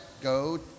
go